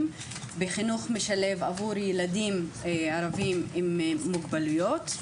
בחינוך משלב עבור ילדים ערבים עם מוגבלויות,